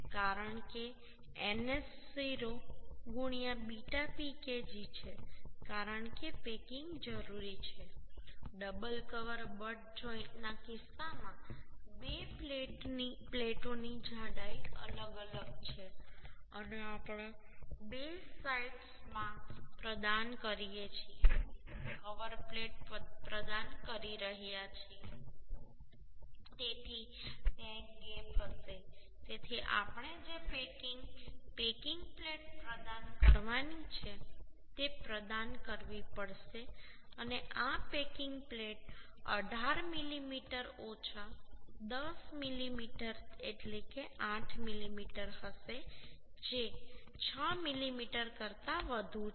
કારણ કે ns 0 beta Pkg છે કારણ કે પેકિંગ જરૂરી છે ડબલ કવર બટ જોઈન્ટના કિસ્સામાં બે પ્લેટોની જાડાઈ અલગ અલગ છે અને આપણે બે સાઇટ્સમાં પ્રદાન કરીએ છીએ કવર પ્લેટ પ્રદાન કરી રહ્યાં છે તેથી ત્યાં એક ગેપ હશે તેથી આપણે જે પેકિંગ પેકિંગ પ્લેટ પ્રદાન કરવાની છે તે પ્રદાન કરવી પડશે અને આ પેકિંગ પ્લેટ 18 મિલિમીટર ઓછા 10 મિલિમીટર એટલે કે 8 મિલિમીટર હશે જે 6 મિમી કરતાં વધુ છે